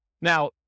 now